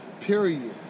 period